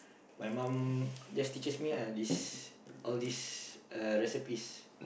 my mum just teaches me ah this all these uh recipes